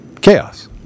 chaos